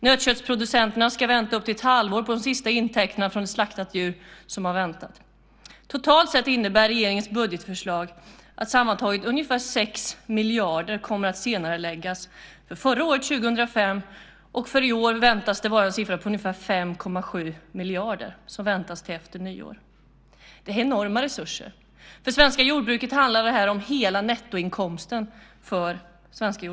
Nötköttsproducenterna ska vänta upp till ett halvår på de sista intäkterna från ett slaktat djur. Totalt sett innebär regeringens budgetförslag att ungefär 6 miljarder kommer att senareläggas för år 2005. För i år väntas det vara en siffra på ungefär 5,7 miljarder som väntas till efter nyår. Det är enorma resurser. För svenska jordbruket handlar det om hela nettoinkomsten.